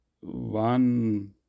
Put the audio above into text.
One